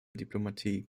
diplomatie